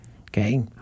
okay